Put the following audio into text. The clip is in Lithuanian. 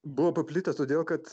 buvo paplitęs todėl kad